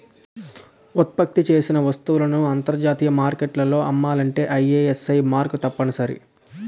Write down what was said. ఉత్పత్తి చేసిన వస్తువులను అంతర్జాతీయ మార్కెట్లో అమ్మాలంటే ఐఎస్ఐ మార్కు తప్పనిసరి